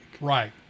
Right